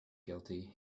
guilty